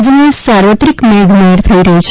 રાજ્યમાં સાર્વત્રિક મેઘ મહેર થઈ રહી છે